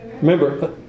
Remember